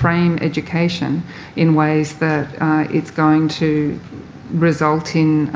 frame education in ways that it's going to result in